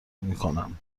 میکنن